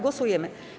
Głosujemy.